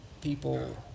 people